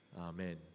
Amen